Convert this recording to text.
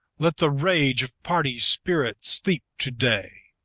let the rage of party spirit sleep to-day!